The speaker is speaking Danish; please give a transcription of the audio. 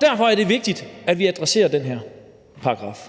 Derfor er det vigtigt, at vi adresserer den her paragraf.